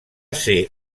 ser